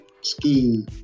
scheme